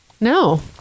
No